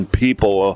people